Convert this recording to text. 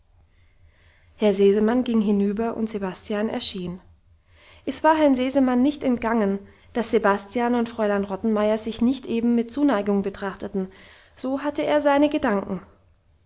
herr sesemann ging hinüber und sebastian erschien es war herrn sesemann nicht entgangen dass sebastian und fräulein rottenmeier sich nicht eben mit zuneigung betrachteten so hatte er seine gedanken